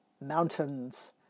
mountains